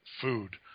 food